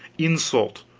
insult,